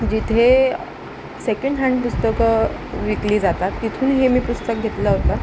जिथे second hand पुस्तकं विकली जातात तिथून हे मी पुस्तक घेतलं होतं